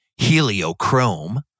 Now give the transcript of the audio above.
Heliochrome